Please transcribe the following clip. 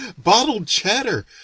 bottled chatter!